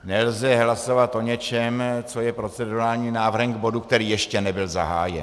Nelze hlasovat o něčem, co je procedurálním návrhem k bodu, který ještě nebyl zahájen.